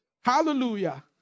Hallelujah